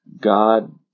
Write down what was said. god